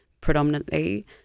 predominantly